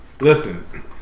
Listen